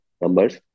numbers